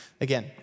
Again